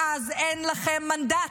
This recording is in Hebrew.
מאז אין לכם מנדט.